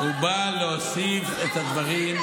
הוא בא להוסיף את הדברים,